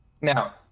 Now